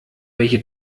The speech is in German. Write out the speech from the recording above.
welche